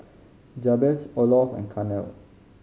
Jabez Olof and Carnell